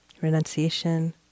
renunciation